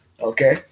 Okay